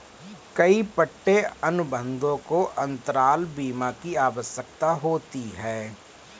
कई पट्टे अनुबंधों को अंतराल बीमा की आवश्यकता होती है